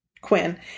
Quinn